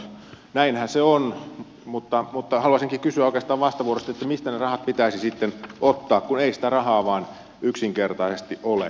näinhän se on mutta haluaisinkin kysyä oikeastaan vastavuoroisesti että mistä ne rahat pitäisi sitten ottaa kun ei sitä rahaa vain yksinkertaisesti ole